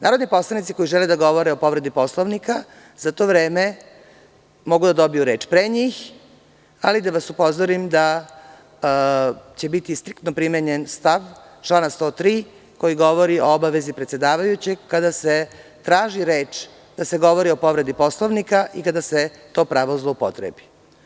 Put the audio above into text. Narodni poslanici koji žele da govore o povredi Poslovnika za to vreme mogu da dobiju reč pre njih, ali da vas upozorim da će biti striktno primenjen stav člana 103. koji govori o obavezi predsedavajućeg kada se traži o povredi Poslovnika i kada se pravo zloupotrebi.